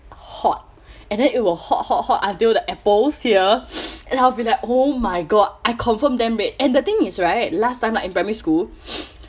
hot and then it will hot hot hot until the apples here and I'll be like oh my god I confirm damn red and the thing is right last time like in primary school